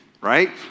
right